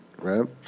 right